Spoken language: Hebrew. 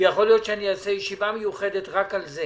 יכול להיות שאעשה ישיבה מיוחדת רק על זה,